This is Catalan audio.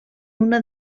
una